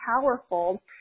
powerful